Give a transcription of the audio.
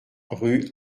rue